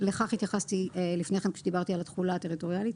לכך התייחסתי לפני כן כשדיברתי על התחולה הטריטוריאלית.